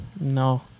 No